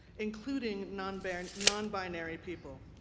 including nonbinary and nonbinary people.